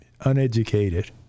uneducated